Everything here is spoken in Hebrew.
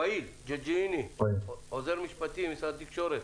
ואיל ג'יגי'ני, עוזר משפטי במשרד התקשורת,